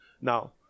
Now